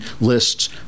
lists